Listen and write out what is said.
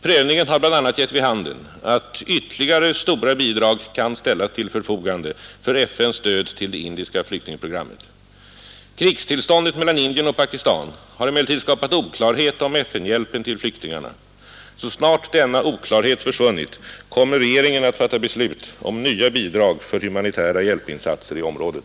Prövningen har bl.a. gett vid handen att ytterligare stora bidrag kan ställas till förfogande för FN:s stöd till det indiska flyktingprogrammet. Krigstillståndet mellan Indien och Pakistan har emellertid skapat oklarhet om FN-hjälpen till flyktingarna. Så snart denna oklarhet försvunnit, kommer regeringen att fatta beslut om nya bidrag för humanitära hjälpinsatser i området.